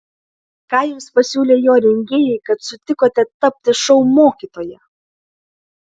ką jums pasiūlė jo rengėjai kad sutikote tapti šou mokytoja